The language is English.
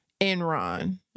Enron